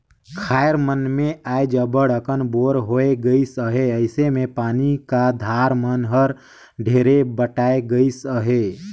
खाएर मन मे आएज अब्बड़ अकन बोर होए गइस अहे अइसे मे पानी का धार मन हर ढेरे बटाए गइस अहे